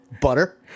butter